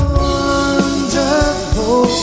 wonderful